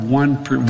one